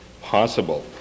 possible